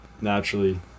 naturally